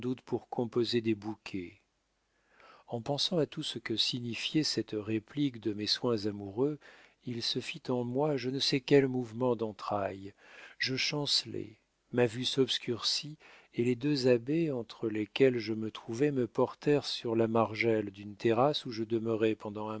pour composer des bouquets en pensant à tout ce que signifiait cette réplique de mes soins amoureux il se fit en moi je ne sais quel mouvement d'entrailles je chancelai ma vue s'obscurcit et les deux abbés entre lesquels je me trouvais me portèrent sur la margelle d'une terrasse où je demeurai pendant